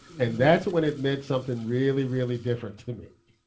and that's when it meant something really, really different to me.